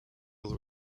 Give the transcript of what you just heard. will